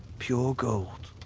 pure gold.